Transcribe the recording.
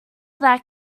that